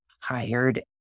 hired